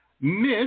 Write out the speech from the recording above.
Miss